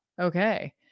Okay